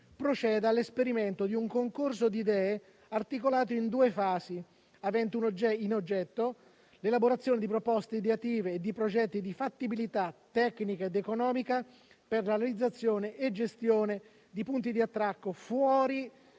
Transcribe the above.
proceda all'esperimento di un concorso di idee articolato in due fasi aventi ad oggetto l'elaborazione di proposte ideative e di progetti di fattibilità tecnica ed economica per la realizzazione e gestione di punti di attracco fuori